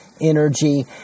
energy